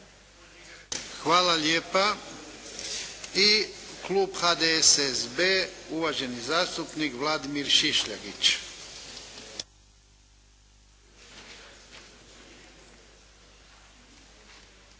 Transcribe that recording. Hvala lijepa. I klub HDSSB uvaženi zastupnik Vladimir Šišljagić.